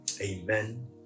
Amen